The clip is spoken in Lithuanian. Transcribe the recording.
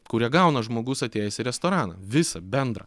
kurią gauna žmogus atėjęs į restoraną visą bendrą